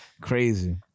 Crazy